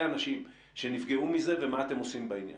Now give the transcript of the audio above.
אנשים שנפגעו מזה ומה אתם עושים בעניין?